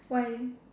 why